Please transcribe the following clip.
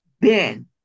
Ben